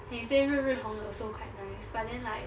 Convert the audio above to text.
and he say 日日红 also quite nice but then like